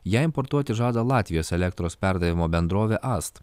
ją importuoti žada latvijos elektros perdavimo bendrovė ast